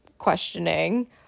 questioning